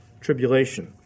Tribulation